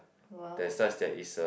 !wow!